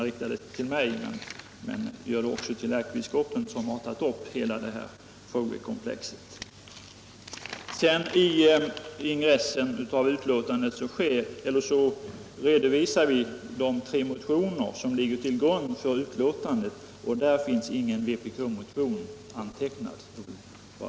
I ingressen till betänkandet redovisar vi de tre motioner som ligger till grund för betänkandet. Där finns ingen vpk-motion antecknad.